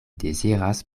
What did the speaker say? deziras